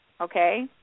Okay